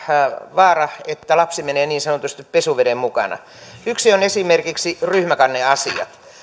vaara että lapsi menee niin sanotusti pesuveden mukana yksi on esimerkiksi ryhmäkanneasiat